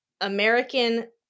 American